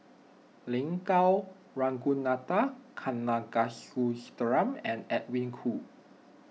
Lin Gao Ragunathar Kanagasuntheram and Edwin Koo